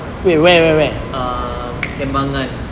err kembangan